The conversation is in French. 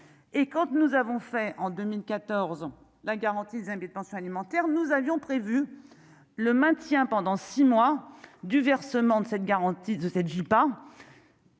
et quand tu nous avons fait en 2014 la garantie un bide, pension alimentaire, nous avions prévu le maintien pendant 6 mois du versement de cette